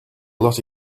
lot